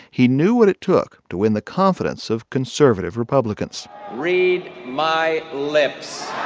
he knew what it took to win the confidence of conservative republicans read my lips.